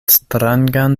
strangan